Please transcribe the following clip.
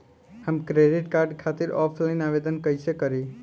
हम credit card खातिर offline आवेदन कइसे करि?